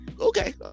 Okay